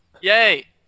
Yay